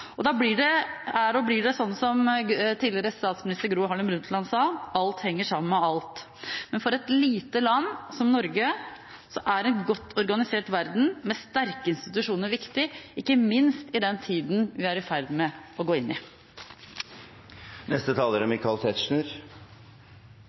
Da er og blir det sånn som tidligere statsminister Gro Harlem Brundtland sa: Alt henger sammen med alt. Men for et lite land som Norge er en godt organisert verden med sterke institusjoner viktig, ikke minst i den tida vi er i ferd med å gå inn i.